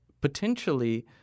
potentially